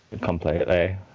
Completely